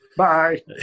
Bye